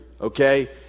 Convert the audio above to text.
okay